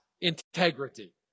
integrity